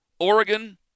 Oregon